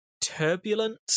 turbulent